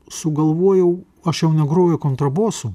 sugalvojau aš jau ne groju kontrabosu